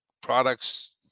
products